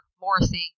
Morrissey